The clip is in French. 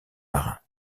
marin